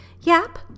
Yap